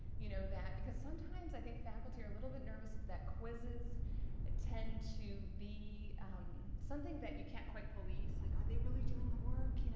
you know, that. because sometimes i think faculty are a little bit nervous that quizzes ah tend to be something that you can't quite police. like, are they really doing the work, you know